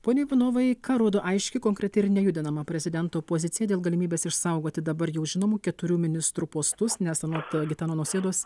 pone ivanovai ką rodo aiški konkreti ir nejudinama prezidento pozicija dėl galimybės išsaugoti dabar jau žinomų keturių ministrų postus nes anot gitano nausėdos